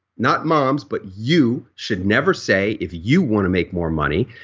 not moms, but you should never say if you want to make more money.